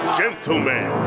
gentlemen